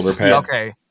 Okay